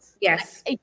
Yes